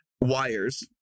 wires